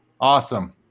Awesome